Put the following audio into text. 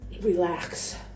relax